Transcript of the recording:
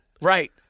Right